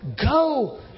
Go